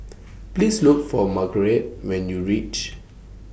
Please Look For Margeret when YOU REACH